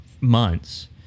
months